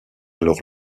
alors